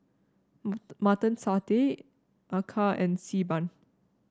Mutton Satay acar and Xi Ban